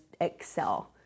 excel